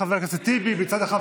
הוא חרדי, אתה לא חרדי.